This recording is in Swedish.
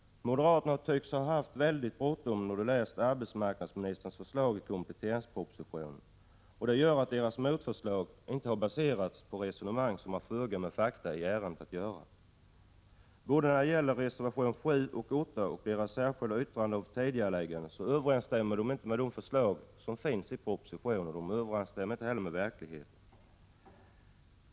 Moderaterna tycks ha haft väldigt bråttom då de läste arbetsmarknadsministerns förslag i kompletteringspro positionen. Deras motförslag har baserats på resonemang som har föga med fakta i ärendet att göra. När det gäller både reservationerna 7 och 8 samt det särskilda yttrandet om tidigareläggning av byggande överensstämmer det de säger inte med förslagen i propositionen och inte heller med verkligheten.